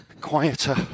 quieter